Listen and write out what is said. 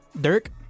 dirk